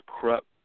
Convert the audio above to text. corrupt